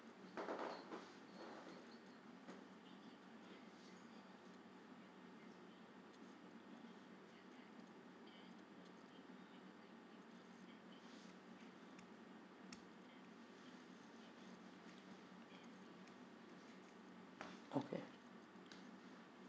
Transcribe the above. okay